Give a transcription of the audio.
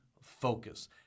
focus